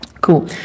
Cool